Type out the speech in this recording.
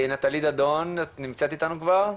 נטלי דדון את נמצאת איתנו כבר?